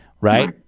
Right